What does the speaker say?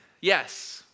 yes